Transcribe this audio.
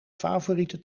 favoriete